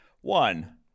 One